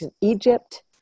Egypt